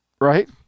right